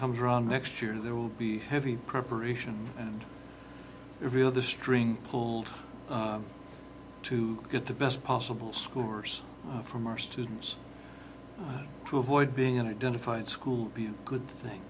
comes around next year there will be heavy preparation and every other string pulled to get the best possible scores from our students to avoid being an identified school be a good thing